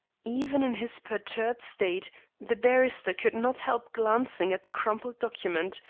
even in his perturbed state the barrister could not help glancing at the crumpled document,